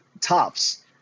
tops